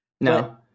No